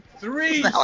three